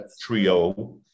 trio